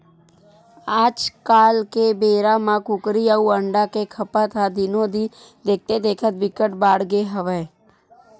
आजकाल के बेरा म कुकरी अउ अंडा के खपत ह दिनो दिन देखथे देखत बिकट बाड़गे हवय